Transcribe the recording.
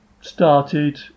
started